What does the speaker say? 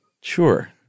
Sure